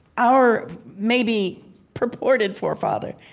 our maybe purported forefather